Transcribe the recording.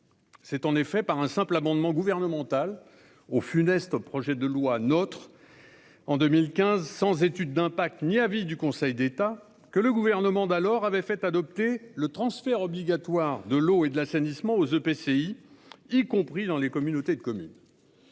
C'est en effet par un simple amendement gouvernemental au funeste projet de loi NOTRe, en 2015, sans étude d'impact ni avis du Conseil d'État, que le gouvernement d'alors avait fait adopter le transfert obligatoire des compétences eau et assainissement aux EPCI, y compris dans les communautés de communes.